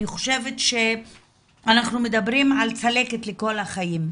אני חושבת שאנחנו מדברים על צלקת לכל החיים.